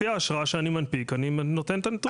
לפי האשרה שאני מנפיק, אני נותן את הנתונים.